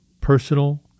personal